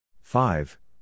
five